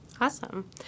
Awesome